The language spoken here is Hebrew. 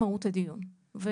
הדיון.